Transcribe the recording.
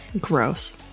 Gross